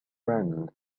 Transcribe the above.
friend